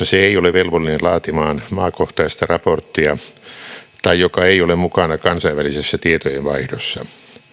se ei ole velvollinen laatimaan maakohtaista raporttia tai joka ei ole mukana kansainvälisessä tietojenvaihdossa